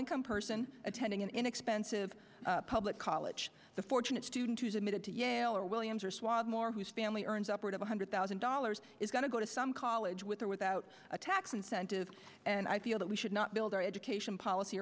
income person attending an inexpensive public college the fortunate student who's admitted to yale or williams or suave more whose family earns upward of one hundred thousand dollars is going to go to some college with or without a tax incentive and i feel that we should not build our education policy